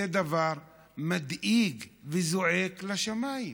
זה דבר מדאיג וזועק לשמיים.